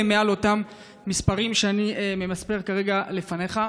מעל אותם מספרים שאני מונה כרגע לפניך.